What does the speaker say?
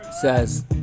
says